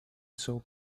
soap